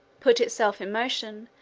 put itself in motion,